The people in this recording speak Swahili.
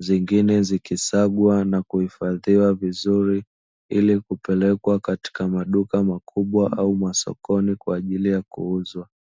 zingine zikisagwa na kuhifadhiwa vizuri ili kupelekwa katika maduka makubwa au sokoni kwa ajili ya kuuzwa.